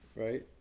right